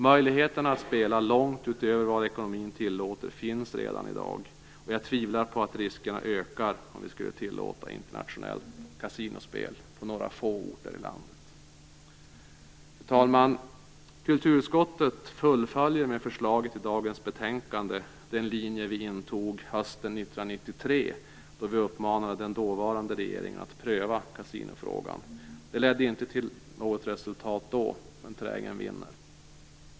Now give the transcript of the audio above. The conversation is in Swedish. Möjligheterna att spela långt utöver vad ekonomin tillåter finns redan i dag. Jag tvivlar på att riskerna ökar om vi skulle tillåta internationellt kasinospel på några få orter i landet. Fru talman! Kulturutskottet fullföljer med förslaget i dagens betänkande den linje vi intog hösten 1993, då vi uppmanade den dåvarande regeringen att pröva kasinofrågan. Det ledde inte till något resultat då, men trägen vinner.